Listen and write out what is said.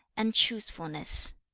and truthfulness.